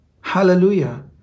hallelujah